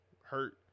hurt